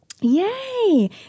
Yay